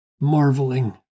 marveling